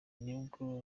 nibwo